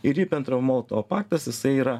ir ribentropo molotovo paktas jisai yra